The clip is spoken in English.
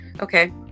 Okay